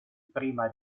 prima